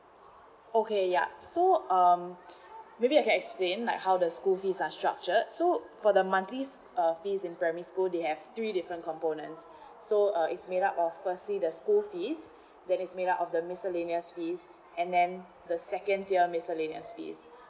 okay ya so um maybe I can explain like how the school fees are structured so for the monthly uh fees in primary school they have three different components so uh is made up of firstly the school fees that is made up of the miscellaneous fees and then the second tier miscellaneous fees